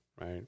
Right